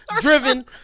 driven